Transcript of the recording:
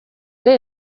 ere